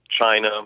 China